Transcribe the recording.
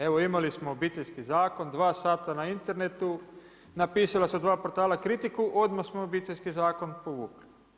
Evo imali smo Obiteljski zakon, dva sata na internetu napisala su dva portala kritiku odmah smo Obiteljski zakon povukli.